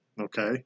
Okay